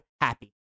happy